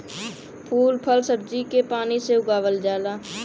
फूल फल सब्जी के पानी से उगावल जाला